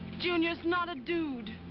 junior's not a dude!